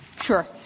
Sure